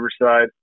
Riverside